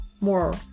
more